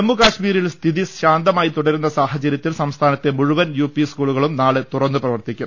ജമ്മു കശ്മീരിൽ സ്ഥിതി ശാന്തമായി തുടരുന്ന സാഹചര്യ ത്തിൽ സംസ്ഥാനത്തെ മുഴുവൻ യുപി സ്കൂളുകളും നാളെ തുറന്നു പ്രവർത്തിക്കും